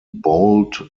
bolt